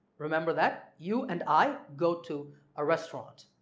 remember that? you and i go to a restaurant